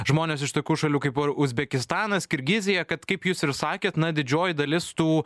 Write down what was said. žmonės iš tokių šalių kaip uzbekistanas kirgizija kad kaip jūs ir sakėt na didžioji dalis tų